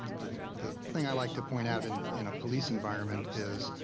the the thing i like to point out and in a police environment is,